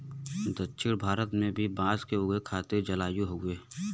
दक्षिण भारत में भी बांस के उगे खातिर जलवायु हउवे